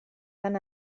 van